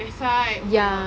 that's why oh my god